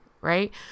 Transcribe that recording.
right